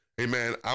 Amen